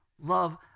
love